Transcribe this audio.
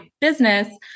business